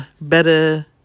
better